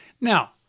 Now